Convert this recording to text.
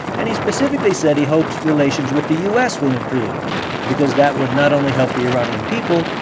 and he specifically said he hopes relations with the u s. will improve because that would not only help the iranian people,